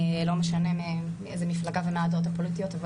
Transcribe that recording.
לא משנה מאיזו מפלגה ומה הדעות הפוליטיות,